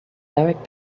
direct